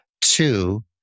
Two